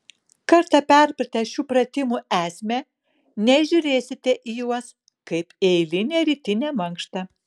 kartą perpratę šių pratimų esmę nežiūrėsite į juos kaip į eilinę rytinę mankštą